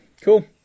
cool